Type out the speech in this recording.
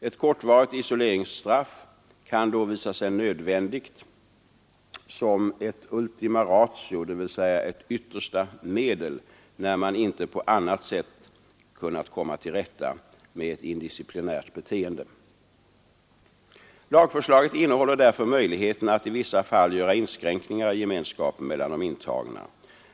Ett kortvarigt isoleringsstraff kan då visa sig nödvändigt som ett ultima ratio, dvs. ett yttersta medel när man inte på annat sätt kunnat komma till rätta med ett indisciplinärt beteende. Lagförslaget behåller därför möjligheten att i vissa fall göra inskränkningar i gemenskapen mellan de intagna.